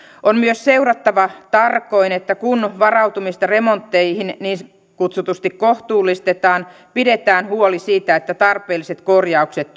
on myös seurattava tarkoin että kun varautumista remontteihin niin kutsutusti kohtuullistetaan pidetään huoli siitä että tarpeelliset korjaukset